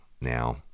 Now